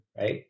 Right